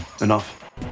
enough